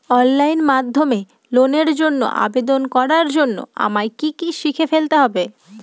Online মাধ্যমে লোনের জন্য আবেদন করার জন্য আমায় কি কি শিখে ফেলতে হবে?